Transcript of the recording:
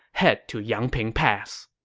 head to yangping pass.